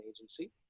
agency